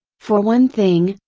for one thing,